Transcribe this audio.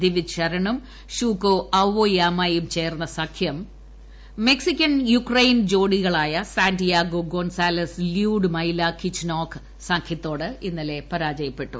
ദിവിജ് ശരണും ഷൂകോ അവോയാമയും ചേർന്ന സഖ്യം മെക്സിക്കൺ ഉക്രൈൻ ജോഡികളായ Santiago González Lyudmyla Kichenok സഖൃത്തോട് ഇന്നലെ പരാജയപ്പെട്ടു